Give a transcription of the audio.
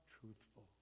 truthful